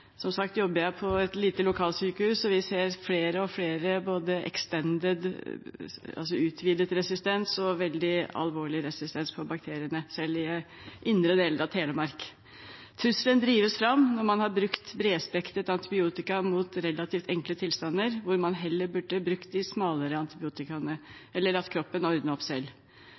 Som sagt jobber jeg på et lite lokalsykehus, og vi ser flere og flere tilfeller av både utvidet resistens og veldig alvorlig resistens på bakteriene, selv i indre deler av Telemark. Trusselen drives fram når man har brukt bredspektret antibiotika mot relativt enkle tilstander, hvor man heller burde brukt de smalere antibiotikaene, eller at kroppen ordnet opp selv.